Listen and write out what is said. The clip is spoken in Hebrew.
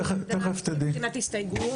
רק לדעת מבחינת הסתייגויות.